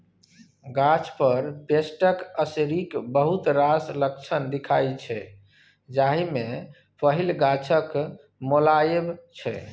गाछ पर पेस्टक असरिक बहुत रास लक्षण देखाइ छै जाहि मे पहिल गाछक मौलाएब छै